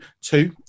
two